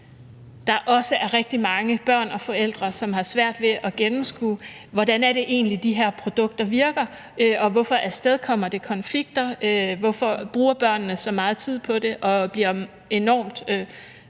der er rigtig mange børn og forældre, som har svært ved at gennemskue: Hvordan er det egentlig de her produkter virker? Hvorfor afstedkommer det konflikter? Hvorfor bruger børnene så meget tid på det og bliver enormt vrede,